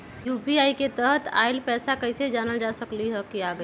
UPI के तहत आइल पैसा कईसे जानल जा सकहु की आ गेल?